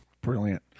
Brilliant